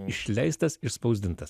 išleistas išspausdintas